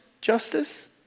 justice